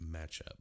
matchup